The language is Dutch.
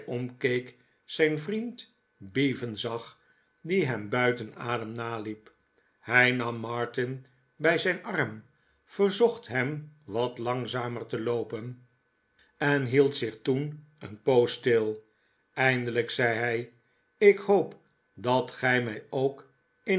omkeek zijn vriend bevan zag die hem buiten adem naliep hij nam martin bij zijn arm verzocht hem wat langzamer te loopen en hield zich toen een poos stil eindelijk zei hij ik hoop dat gij mij ook